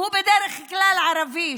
שהוא בדרך כלל ערבי.